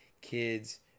kids